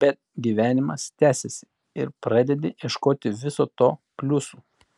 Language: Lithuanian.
bet gyvenimas tęsiasi ir pradedi ieškoti viso to pliusų